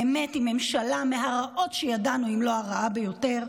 באמת, עם ממשלה מהרעות שידענו, אם לא הרעה ביותר,